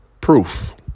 proof